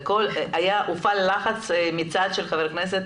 הופעל לחץ מצד חבר הכנסת,